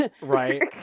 Right